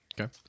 Okay